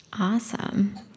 Awesome